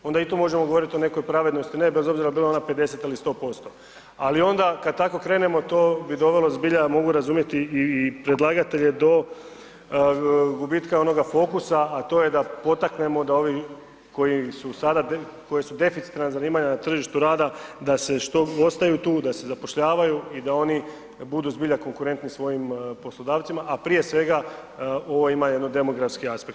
Onda i tu možemo govoriti o nekoj pravednosti ne bez obzira bila ona 50 ili 100%, ali onda kad tako krenemo to bi dovelo zbilja mogu razumjeti i predlagatelje do gubitka onoga fokusa, a to je da potaknemo da ovi koji su sada koja su deficitarna zanimanja na tržištu rada da se, što ostaju tu, da se zapošljavaju i da oni budu zbilja konkurentni svojim poslodavcima a prije svega ovo ima jedan demografski aspekt.